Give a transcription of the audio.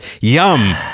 yum